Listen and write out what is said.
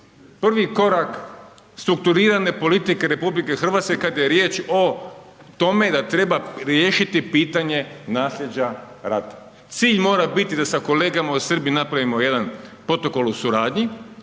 prvi korak, strukturirane politike RH, kada je riječ o tome, da treba riješiti pitanje naslijeđa rata. Cilj mora biti da sa kolegama u Srbiji napravimo jedan protokol u suradnji